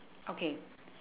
okay